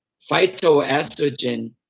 phytoestrogen